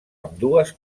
ambdues